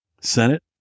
Senate